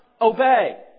obey